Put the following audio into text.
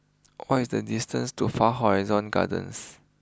what is the distance to far Horizon Gardens